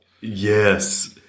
Yes